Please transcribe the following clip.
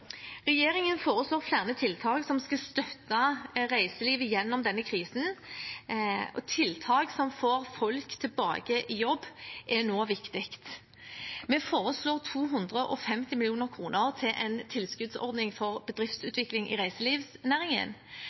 Regjeringen foreslår flere tiltak som skal støtte reiselivet gjennom denne krisen, og tiltak som får folk tilbake i jobb er nå viktig. Vi foreslår 250 mill. kr til en tilskuddsordning for bedriftsutvikling i reiselivsnæringen.